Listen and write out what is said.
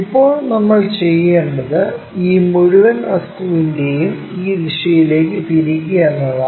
ഇപ്പോൾ നമ്മൾ ചെയ്യേണ്ടത് ഈ മുഴുവൻ വസ്തുവിനെയും ഈ ദിശയിലേക്ക് തിരിക്കുക എന്നതാണ്